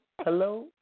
Hello